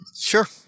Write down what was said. Sure